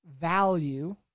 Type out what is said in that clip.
value